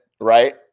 right